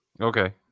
Okay